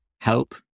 help